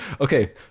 Okay